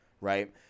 right